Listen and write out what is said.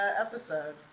episode